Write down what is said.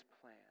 plan